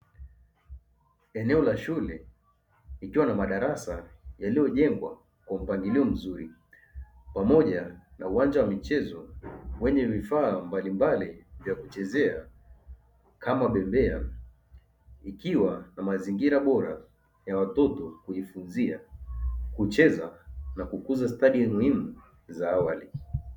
Eneo la shule likiwa na madarasa yaliyojengwa kwa mpangilio mzuri, pamoja na uwanja wa michezo wenye vifaa mbalimbali vya kuchezea kama bembea; ikiwa na mazingira bora ya watoto kujifunzia, kucheza na kukuza stadi muhimu za awali.